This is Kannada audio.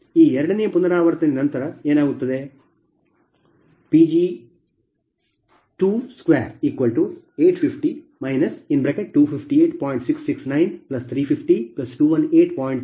ಈ ಎರಡನೇ ಪುನರಾವರ್ತನೆಯ ನಂತರ ಏನಾಗುತ್ತದೆ ಎರಡನೆಯ ಪುನರಾವರ್ತನೆ ಇದು ಹೊಸ Pg850 258